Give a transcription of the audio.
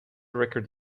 record